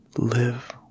live